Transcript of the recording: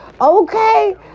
Okay